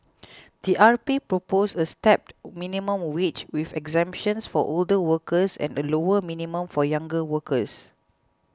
the RP proposed a stepped minimum wage with exemptions for older workers and a lower minimum for younger workers